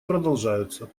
продолжаются